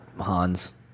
Hans